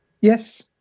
Yes